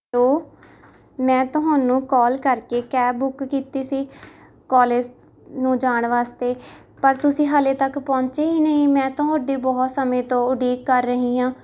ਲੋ ਮੈਂ ਤੁਹਾਨੂੰ ਕੌਲ ਕਰਕੇ ਕੈਬ ਬੁੱਕ ਕੀਤੀ ਸੀ ਕਾਲਜ ਨੂੰ ਜਾਣ ਵਾਸਤੇ ਪਰ ਤੁਸੀਂ ਹਾਲੇ ਤੱਕ ਪਹੁੰਚੇ ਹੀ ਨਹੀਂ ਮੈਂ ਤੁਹਾਡੀ ਬਹੁਤ ਸਮੇਂ ਤੋਂ ਉਡੀਕ ਕਰ ਰਹੀ ਹਾਂ